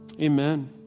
Amen